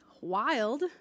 wild